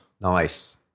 nice